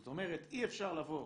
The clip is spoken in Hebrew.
זאת אומרת, אי אפשר לבוא